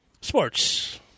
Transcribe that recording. Sports